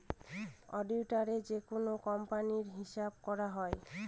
অডিটারে যেকোনো কোম্পানির হিসাব করা হয়